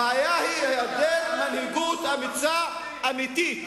הכיבוש, הבעיה היא העדר מנהיגות אמיצה, אמיתית.